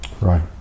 Right